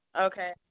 Okay